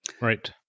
Right